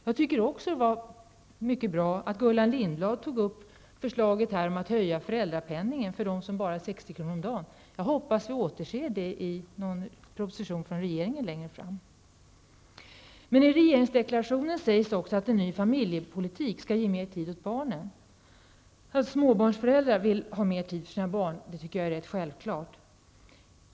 Jag tycker också att det var mycket bra att Gullan Lindblad tog upp förslaget om att höja föräldrapenningen för de som bara har 60 kr. om dagen. Jag hoppas få återse det förslaget i någon proposition från regeringen längre fram. I regeringsdeklarationen sägs också att en ny familjepolitik skall ge mer tid åt barnen. Att småbarnsföräldrar vill ha mer tid för sina barn är självklart.